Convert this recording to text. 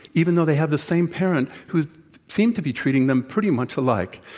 even though they have the same parent, who seems to be treating them pretty much alike.